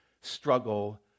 struggle